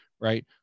right